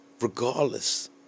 regardless